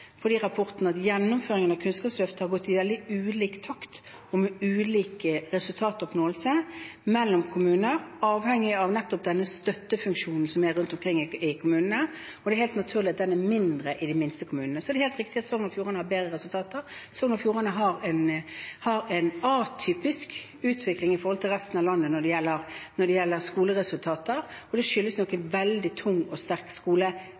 at gjennomføringen av Kunnskapsløftet har gått i veldig ulik takt og med ulik resultatoppnåelse mellom kommuner, avhengig av nettopp denne støttefunksjonen som er rundt omkring i kommunene. Det er helt naturlig at den er mindre i de minste kommunene. Så er det helt riktig at Sogn og Fjordane har bedre resultater. Sogn og Fjordane har en atypisk utvikling i forhold til resten av landet når det gjelder skoleresultater. Det skyldes nok en veldig tung og sterk skoletradisjon, men også at de har en veldig sterk samordnings- og